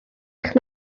eich